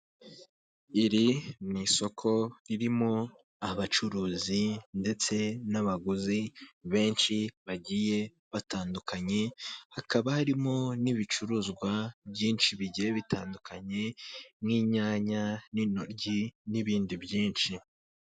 Iri ni isoko ririmo abacuruzi ndetse n'abaguzi benshi bagiye batandukanye, hakaba harimo n'ibicuruzwa byinshi bigiye bitandukanye nk'inyanya n'intoryi n'ibindi byinshi.